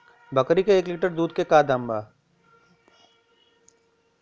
बकरी के एक लीटर दूध के का दाम बा?